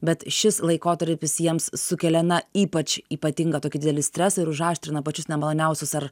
bet šis laikotarpis jiems sukelia na ypač ypatingą tokį didelį stresą ir užaštrina pačius nemaloniausius ar